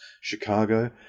Chicago